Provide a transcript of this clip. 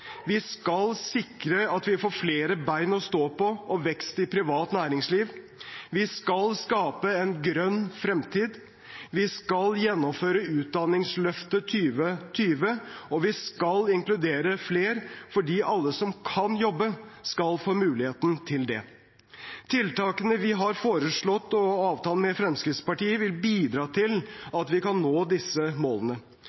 vi skal sikre at vi får flere bein å stå på og vekst i privat næringsliv vi skal skape en grønn fremtid vi skal gjennomføre Utdanningsløftet 2020 vi skal inkludere flere, fordi alle som kan jobbe, skal få muligheten til det Tiltakene vi har foreslått, og avtalen med Fremskrittspartiet, vil bidra til